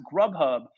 Grubhub